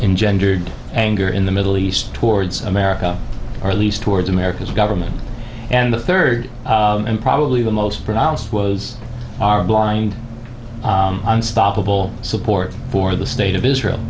engendered anger in the middle east towards america or at least towards america's government and the third and probably the most pronounced was our blind unstoppable support for the state of israel